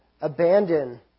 abandon